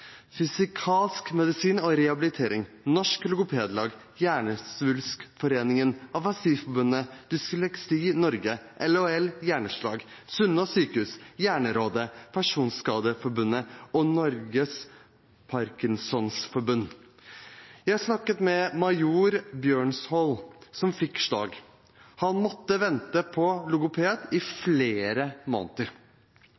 fysikalsk medisin og rehabilitering, Norsk Logopedlag, Hjernesvulstforeningen, Afasiforbundet, Dysleksi Norge, LHL Hjerneslag, Sunnaas sykehus, Hjernerådet, Personskadeforbundet og Norges Parkinsonforbund. Jeg har snakket med major Bjørshol, som fikk slag. Han måtte vente på logoped i